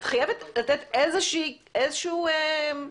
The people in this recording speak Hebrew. את חייבת לתת איזשהו תמריץ.